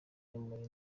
muri